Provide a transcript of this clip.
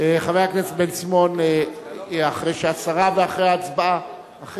חבר הכנסת בן-סימון, אחרי השרה ואחרי ההצבעה.